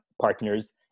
partners